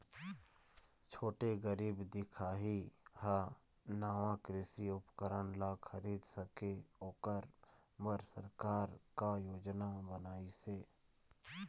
छोटे गरीब दिखाही हा नावा कृषि उपकरण ला खरीद सके ओकर बर सरकार का योजना बनाइसे?